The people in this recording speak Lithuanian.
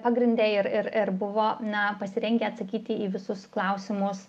pagrindė ir ir ir buvo na pasirengę atsakyti į visus klausimus